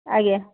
ଆଜ୍ଞା